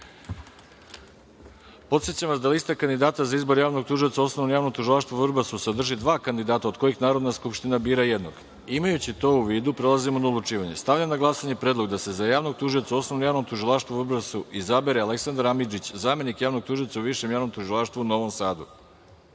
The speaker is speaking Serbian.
Konatara. Podsećam vas da lista kandidata za izbor javnog tužioca u Osnovnom javnom tužilaštvu u Vrbasu sadrži dva kandidata, od kojih Narodna skupština bira jednog. Imajući to u vidu, prelazimo na odlučivanje. Stavljam na glasanje predlog da se za javnog tužioca u Osnovnom javnom tužilaštvu u Vrbasu izabere Aleksandar Amidžić, zamenik javnog tužioca u Višem javnom tužilaštvu u Novom